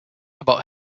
about